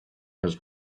has